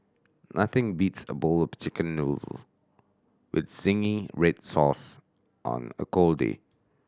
nothing beats a bowl of Chicken Noodle with zingy red sauce on a cold day